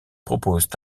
proposent